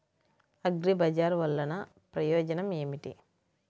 అగ్రిబజార్ వల్లన ప్రయోజనం ఏమిటీ?